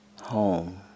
Home